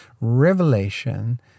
revelation